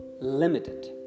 limited